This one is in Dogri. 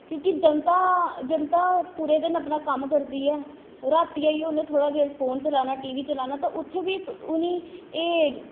क्योंकि जनता पूरे दिन अपना कम्म करदी ऐ रातीं थोह्ड़ी देर आइयै फोन चलाना टी वी चलाना ते उत्थै बी उ'नें गी एह्